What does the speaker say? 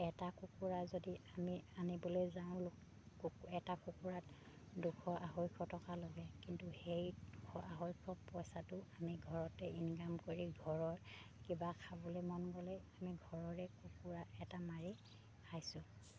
এটা কুকুৰা যদি আমি আনিবলৈ যাওঁ এটা কুকুৰাত দুশ আঢ়ৈশ টকা লগে কিন্তু সেই দুশ আঢ়ৈশ পইচাটো আমি ঘৰতে ইনকাম কৰি ঘৰৰ কিবা খাবলৈ মন গ'লে আমি ঘৰৰে কুকুৰা এটা মাৰি খাইছোঁ